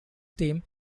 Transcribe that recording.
teams